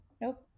nope